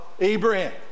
Abraham